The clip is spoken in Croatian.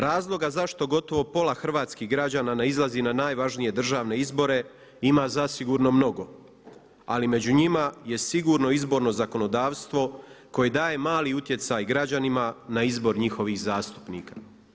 Razloga zašto gotovo pola hrvatskih građana ne izlazi na najvažnije državne izbore ima zasigurno mnogo, ali među njima je sigurno izborno zakonodavstvo koje daje mali utjecaj građanima na izbor njihovih zastupnika.